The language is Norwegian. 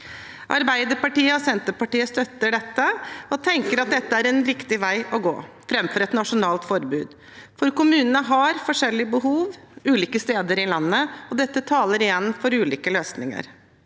Arbeiderpartiet og Senterpartiet støtter dette og tenker at det er en riktig vei å gå framfor et nasjonalt forbud. Kommunene har forskjellige behov ulike steder i landet, og dette taler igjen for ulike løsninger.